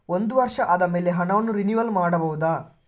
ಒಂದು ವರ್ಷ ಆದಮೇಲೆ ಹಣವನ್ನು ರಿನಿವಲ್ ಮಾಡಬಹುದ?